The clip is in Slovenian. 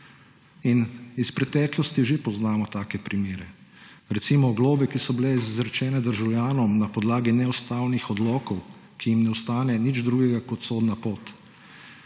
Iz preteklosti že poznamo take primere. Recimo, globe, ki so bile izrečene državljanom na podlagi neustavnih odlokov, ki jim ne ostane nič drugega kot sodna pot.